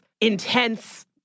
intense